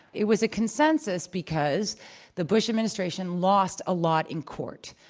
it was a consensus because the bush administration lost a lot in court,